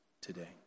today